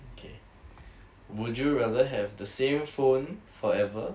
okay would you rather have the same phone forever